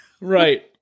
Right